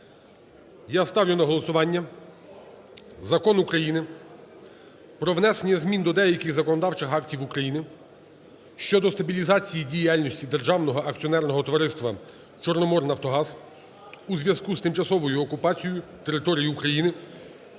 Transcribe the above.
Я ставлю на голосування Закон України "Про внесення змін до деяких законодавчих актів України щодо стабілізації діяльності Державного акціонерного товариства "Чорноморнафтогаз" у зв'язку з тимчасовою окупацією території України"